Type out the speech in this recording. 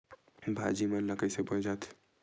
भाजी मन ला कइसे बोए जाथे?